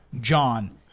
John